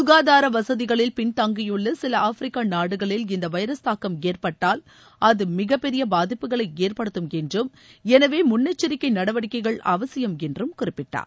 சுகாதாரவசதிகளில் பின்தங்கியுள்ளசிலஆய்பிரிக்கநாடுகளில் இந்தவைரஸ் தாக்கம் ஏற்பட்டால் அதுமிகப்பெரியபாதிப்புகளைஏற்படுத்தும் என்றும் எனவேமுன்னெச்சரிக்கைநடவடிக்கைகள் அவசியம் என்றும்குறிப்பிட்டார்